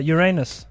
Uranus